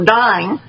dying